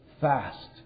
Fast